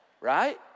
Right